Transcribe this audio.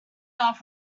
off